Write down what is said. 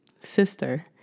sister